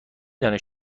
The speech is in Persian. دانید